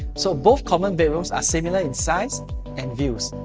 so, both common bedrooms are similar in size and views.